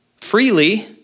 freely